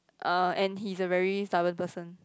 uh and he's a very stubborn person